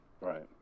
right